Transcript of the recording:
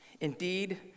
Indeed